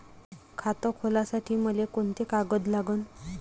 खात खोलासाठी मले कोंते कागद लागन?